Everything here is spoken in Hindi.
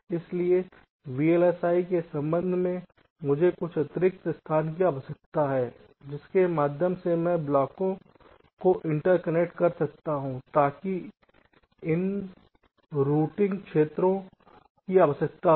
इसलिए वीएलएसआई डिजाइन के संबंध में मुझे कुछ अतिरिक्त स्थान की आवश्यकता है जिसके माध्यम से मैं ब्लॉकों को इंटरकनेक्ट कर सकता हूं ताकि इन रूटिंग क्षेत्रों की आवश्यकता हो